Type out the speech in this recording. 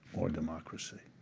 or democracy.